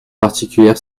particulière